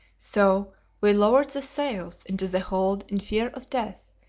so we lowered the sails into the hold in fear of death,